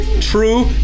true